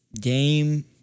game